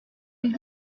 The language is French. ils